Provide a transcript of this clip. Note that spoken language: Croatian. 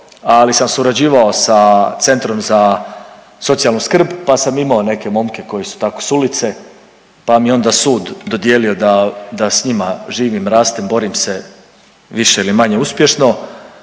ali sam surađivao sa Centrom za socijalnu skrb, pa sam imao neke momke koji su tako s ulice, pa mi je onda sud dodijelio da, da s njima živim, rastem, borim se, više ili manje uspješno,